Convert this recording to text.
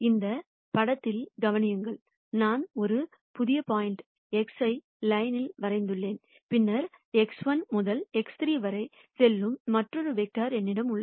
இந்த படத்தில் கவனியுங்கள் நான் ஒரு புதிய பாயிண்ட் X ஐ லைன்யில் வரையறுத்துள்ளேன் பின்னர் X1 முதல் X3 வரை செல்லும் மற்றொரு வெக்டர் என்னிடம் உள்ளது